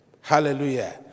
Hallelujah